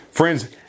Friends